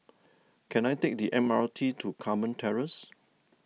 can I take the M R T to Carmen Terrace